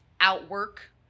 outwork